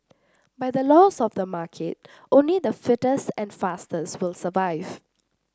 by the laws of the market only the fittest and fastest will survive